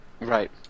Right